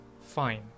fine